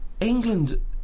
England